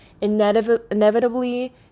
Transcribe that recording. inevitably